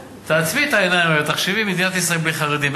תעצמי את העיניים ותחשבי על מדינת ישראל בלי חרדים.